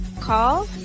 call